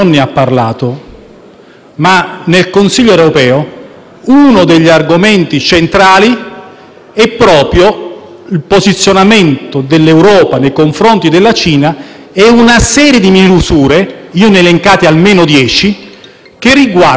proprio il posizionamento dell'Europa nei confronti della Cina e una serie di misure - io ne ho elencate almeno dieci - che riguardano la nuova politica dell'Unione europea per tutelare le imprese